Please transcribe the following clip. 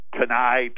tonight